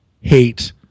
hate